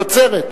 היא עוצרת.